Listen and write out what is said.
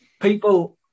People